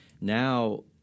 now